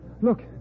look